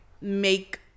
make